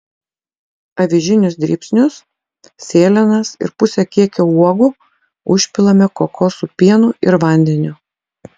avižinius dribsnius sėlenas ir pusę kiekio uogų užpilame kokosų pienu ir vandeniu